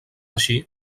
així